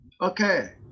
Okay